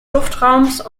luftraums